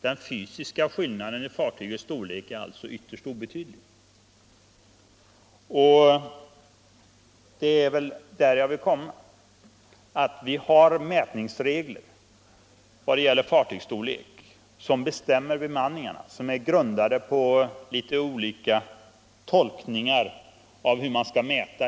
Den fysiska skillnaden mellan fartygens storlek är alltså ytterst obetydlig. Jag vill komma fram till att reglerna för mätning av ett fartygs storlek —- och storleken bestämmer bemanningen — är grundade på olika tolkningar av hur man skall mäta.